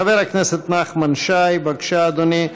חבר הכנסת נחמן שי, בבקשה, אדוני.